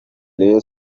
rayon